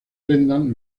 brendan